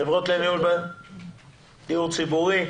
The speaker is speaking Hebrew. חברות לניהול דיור ציבורי.